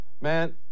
Man